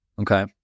Okay